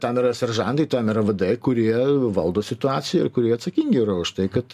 tam yra seržantai tam yra vadai kurie valdo situaciją ir kurie atsakingi už tai kad